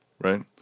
Right